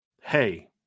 hey